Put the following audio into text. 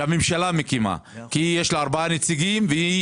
שהממשלה מקימה - כי יש לה ארבעה נציגים והיא